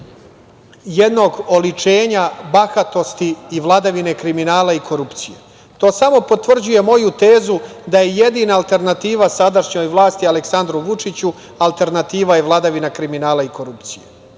jednog oličenja bahatosti i vladavine kriminala i korupcije. To samo potvrđuje moju tezu da je jedina alternativa sadašnjoj vlasti vladavina kriminala i korupcije.